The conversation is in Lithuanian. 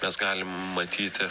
mes galim matyti